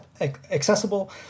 accessible